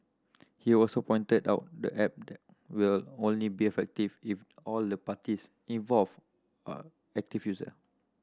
he also pointed out the app will only be effective if all the parties involved are active user